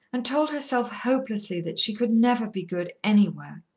and told herself hopelessly that she could never be good anywhere.